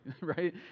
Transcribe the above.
right